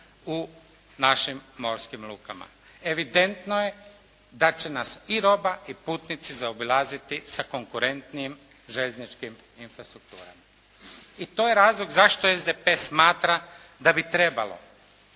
u našim morskim lukama. Evidentno je da će nas i roba i putnici zaobilaziti sa konkurentnijim željezničkim infrastrukturama i to je razlog zašto SDP smatra da bi trebalo